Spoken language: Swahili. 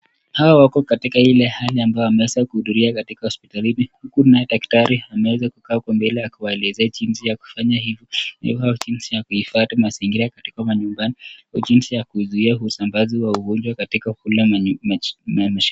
Hawa wako katika ile hali ambayo wameweza kuhudhuria katika hosipitalini huku naye daktari ameweza kukaa huko mbele akiwaelezea jinsi ya kufanya hivo, jinsi ya kuhifadhi mazingira katika manyumbani, jinsi ya kuzuia usambazi wa ugonjwa katika kule